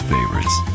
Favorites